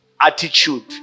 attitude